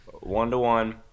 One-to-one